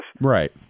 right